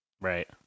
Right